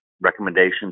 recommendations